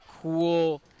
cool